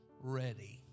ready